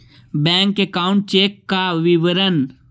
Bank account check का विवरण?